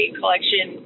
collection